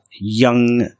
young